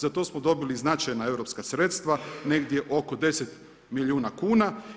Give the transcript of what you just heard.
Za to smo dobili značajna europska sredstva negdje oko 10 milijuna kuna.